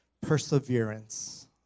perseverance